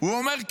הוא אומר,